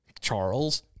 charles